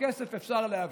כסף אפשר להביא,